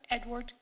Edward